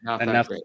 enough